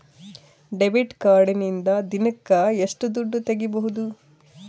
Debit ಕಾರ್ಡಿನಿಂದ ದಿನಕ್ಕ ಎಷ್ಟು ದುಡ್ಡು ತಗಿಬಹುದು?